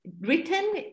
written